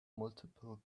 multiple